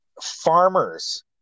farmers